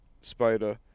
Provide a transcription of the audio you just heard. Spider